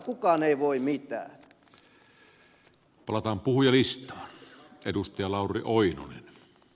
kukaan ei voi mitään